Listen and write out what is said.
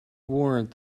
warrant